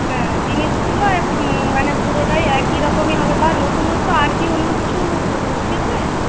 হ্যাঁ জিনিসগুলো মানে পুরোটাই একই রকমই হবে বা নতুনত্ব আর কি অন্য কিছু উঠেছে